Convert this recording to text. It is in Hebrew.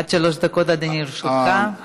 עד שלוש דקות, אדוני, לרשותך.